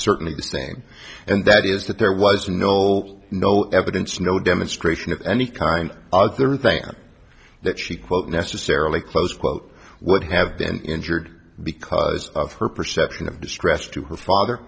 certainly this thing and that is that there was no old no evidence no demonstration of any kind other thing that she quote necessarily close quote what have been injured because of her perception of distress to her father